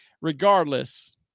regardless